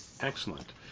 Excellent